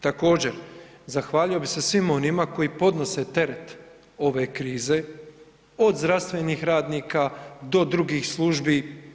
Također, zahvalio bi se svima onima koji podnose teret ove krize od zdravstvenih radnika do drugih službi.